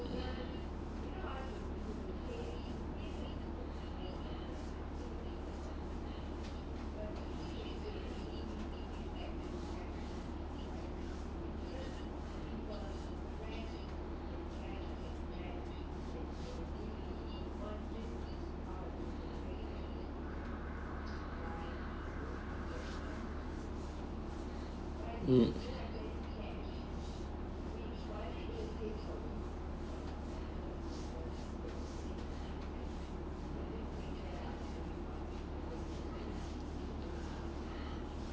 mm